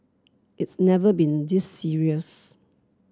it's never been this serious